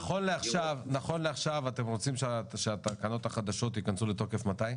נכון לעכשיו אתם רוצים שהתקנות החדשות ייכנסו לתוקף מתי?